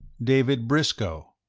david briscoe.